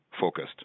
focused